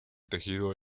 tejido